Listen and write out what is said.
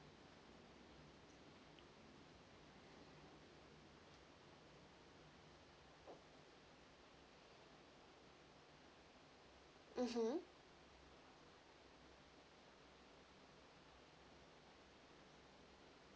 mmhmm